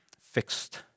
fixed